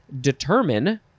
Determine